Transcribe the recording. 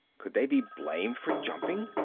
could they be blamed for jumping?